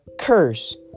curse